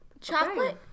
chocolate